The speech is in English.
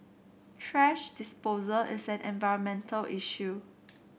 thrash disposal is an environmental issue